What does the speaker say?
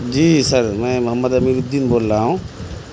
جی sir Mohammad Amir امیر الدین بول رہا ہوں